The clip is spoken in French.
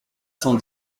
cent